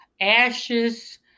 ashes